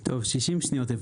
טוב, 60 שניות.